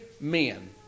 men